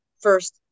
first